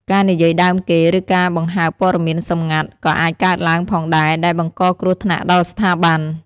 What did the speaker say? ការនិយាយដើមគេ ឬការបង្ហើបព័ត៌មានសម្ងាត់ក៏អាចកើតឡើងផងដែរ ដែលបង្កគ្រោះថ្នាក់ដល់ស្ថាប័ន។